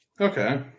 Okay